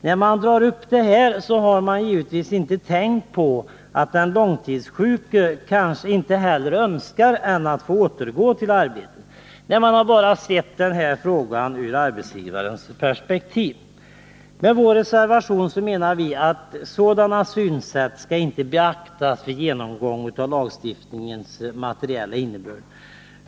När man drar upp detta, har man givetvis inte tänkt på att den långtidssjuke kanske ingenting hellre önskar än att återgå till arbetet. Nej, man har bara sett frågan ur arbetsgivarens perspektiv. I vår reservation menar vi att ett sådant synsätt inte skall beaktas vid en genomgång av lagstiftningarnas materiella innebörd.